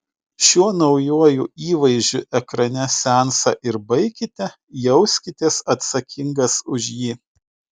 šiuo naujuoju įvaizdžiu ekrane seansą ir baikite jauskitės atsakingas už jį